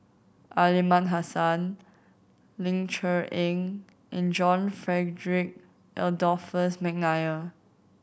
Aliman Hassan Ling Cher Eng and John Frederick Adolphus McNair